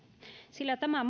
sillä tämä